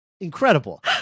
incredible